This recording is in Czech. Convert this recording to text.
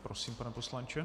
Prosím, pane poslanče.